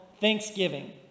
Thanksgiving